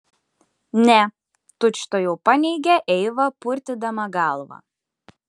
ne tučtuojau paneigė eiva purtydama galvą